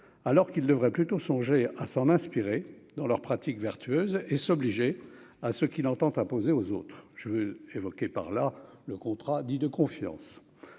alors qu'il devrait plutôt songer à s'en inspirer dans leurs pratiques vertueuses et s'obliger à ce qu'il entend imposer aux autres, je veux évoquer par là le contrat dit de confiance je